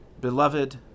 Beloved